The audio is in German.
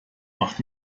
macht